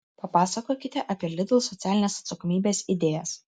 papasakokite apie lidl socialinės atsakomybės idėjas